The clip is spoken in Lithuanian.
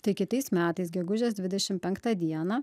tai kitais metais gegužės dvidešim penktą dieną